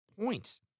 points